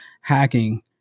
hacking